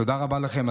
תודה רבה לכם.